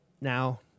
now